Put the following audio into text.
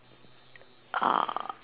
uh